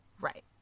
Right